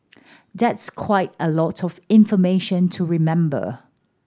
that's quite a lot of information to remember